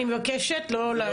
אני מבקשת לא.